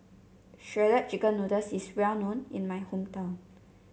Shredded Chicken Noodles is well known in my hometown